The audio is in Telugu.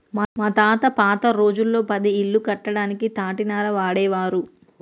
మా తాత పాత రోజుల్లో పది ఇల్లు కట్టడానికి తాటినార వాడేవారు